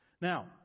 Now